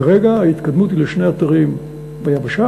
כרגע ההתקדמות היא לשני אתרים ביבשה,